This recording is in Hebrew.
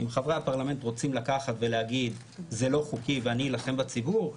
אם חברי הפרלמנט רוצים לקחת ולהגיד: זה לא חוקי ואני אלחם בציבור,